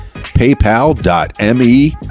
PayPal.me